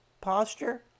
posture